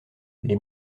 les